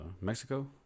Mexico